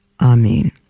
Amen